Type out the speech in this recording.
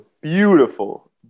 beautiful